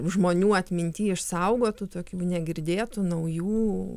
žmonių atminty išsaugotų tokių negirdėtų naujų